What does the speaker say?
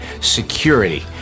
security